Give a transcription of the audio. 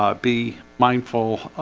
um be mindful